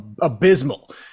abysmal